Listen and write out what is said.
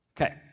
Okay